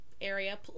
area